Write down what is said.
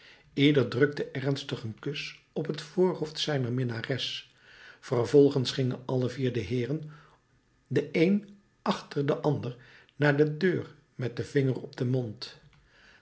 ieder drukte ernstig een kus op het voorhoofd zijner minnares vervolgens gingen alle vier de heeren de een achter den ander naar de deur met den vinger op den mond